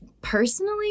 personally